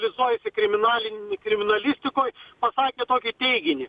visoj kriminalin kriminalistikoj psakė tokį teiginį